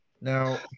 Now